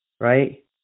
right